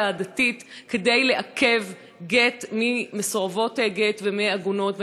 הדתית כדי לעכב גט למסורבות גט ולעגונות.